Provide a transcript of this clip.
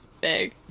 Big